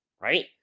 right